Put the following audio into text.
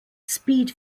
speed